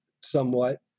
somewhat